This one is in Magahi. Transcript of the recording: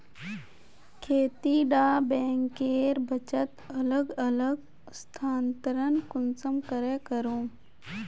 खेती डा बैंकेर बचत अलग अलग स्थानंतरण कुंसम करे करूम?